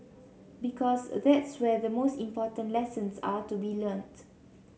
because that's where the most important lessons are to be learnt